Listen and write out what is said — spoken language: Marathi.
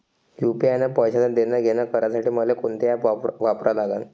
यू.पी.आय न पैशाचं देणंघेणं करासाठी मले कोनते ॲप वापरा लागन?